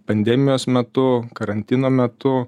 pandemijos metu karantino metu